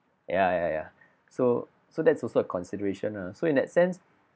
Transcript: ya ya ya so so that's also a consideration ah so in that sense